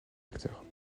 acteurs